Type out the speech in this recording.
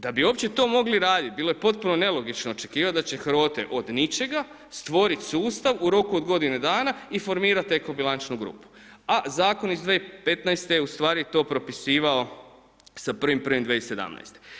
Da bi uopće to mogli raditi bilo je potpuno nelogično očekivati da će HROTE od ničega stvoriti sustav u roku od godinu dana i formirati eko-bilančnu grupu, a zakon iz 2015. je ustvari to propisivao sa 1.1.2017.